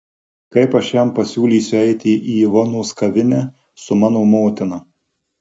kaip aš jam pasiūlysiu eiti į ivonos kavinę su mano motina